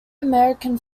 american